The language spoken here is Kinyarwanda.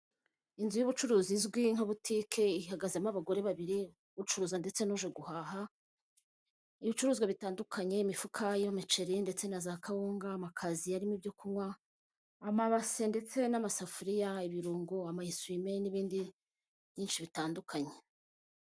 Inzu y'ubucuruzi izwi nka butike ihagazemo abagore babiri, Ucuruza ndetse n'uje guhaha ibicuruzwa bitandukanye, imifuka y'amaceri, ndetse na za kawunga, amakaziye arimo ibyo kunywa, amabase, ndetse n'amasafuriya, ibirungo, amayisuma n'ibindi byinshi bitandukanye.